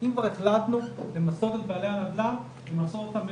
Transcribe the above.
הוועדה כרגע לא דנה בכל ההיבטים הרחבים שעולים מהקמת פרויקט